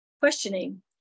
questioning